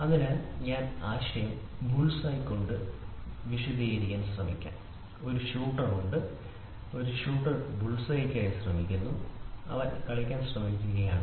അതിനാൽ ആശയം bull's eye bull's eye കൊണ്ട് വിശദീകരിക്കാൻ ശ്രമിക്കാം ഒരു ഷൂട്ടർ ഉണ്ട് ഒരു shooter bull's eye bull's eye ശ്രമിക്കുന്നു അവൻ കളിക്കാൻ ശ്രമിക്കുകയാണ്